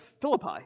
Philippi